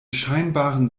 scheinbaren